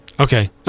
Okay